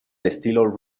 estilo